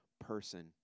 person